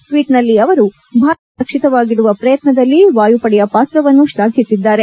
ಟ್ಟೀಟ್ನಲ್ಲಿ ಅವರು ಭಾರತೀಯರನ್ನು ಸುರಕ್ಷಿತವಾಗಿಡುವ ಪ್ರಯತ್ನದಲ್ಲಿ ವಾಯುಪಡೆಯ ಪಾತ್ರವನ್ನು ಶ್ಲಾಘಿಸಿದ್ದಾರೆ